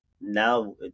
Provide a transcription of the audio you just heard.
now